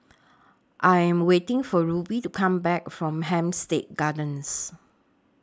I Am waiting For Ruby to Come Back from Hampstead Gardens